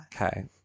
Okay